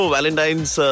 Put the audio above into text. Valentine's